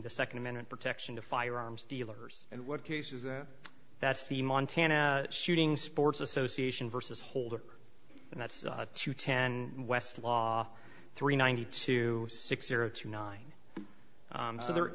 the second amendment protection to firearms dealers and what cases that's the montana shooting sports association versus holder and that's two ten and westlaw three ninety two six zero two nine so there